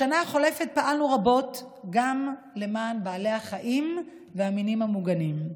בשנה החולפת פעלנו רבות גם למען בעלי החיים והמינים המוגנים.